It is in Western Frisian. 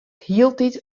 hieltyd